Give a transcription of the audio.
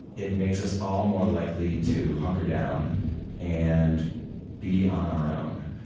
it makes us all more likely to hunker down and be on our own.